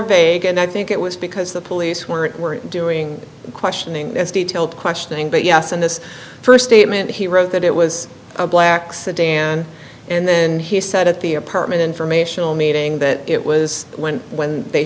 vague and i think it was because the police weren't weren't doing questioning as detailed questioning but yes in this first statement he wrote that it was a black sedan and then he said at the apartment informational meeting that it was when when they